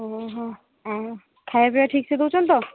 ଓହୋ ହଁ ଖାଇବା ପିଇବା ଠିକ ସେ ଦଉଛନ୍ତି ତ